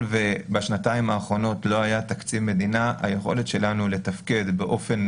בשנתיים האחרונות לא היה תקציב מדינה ולכן היכולת שלנו לתפקד באופן